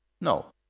No